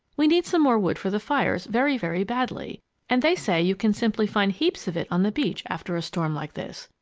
we need some more wood for the fires very, very badly and they say you can simply find heaps of it on the beach after a storm like this.